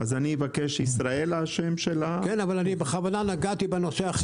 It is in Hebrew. שישראלה --- אני בכוונה נגעתי בנושא.